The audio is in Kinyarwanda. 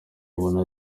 ubona